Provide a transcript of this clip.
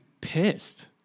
pissed